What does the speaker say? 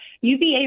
UVA